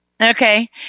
Okay